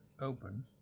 open